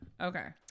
Okay